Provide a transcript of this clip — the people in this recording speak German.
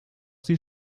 sie